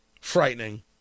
Frightening